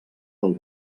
del